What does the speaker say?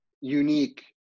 unique